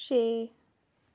ਛੇ